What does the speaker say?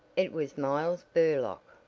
it was miles burlock!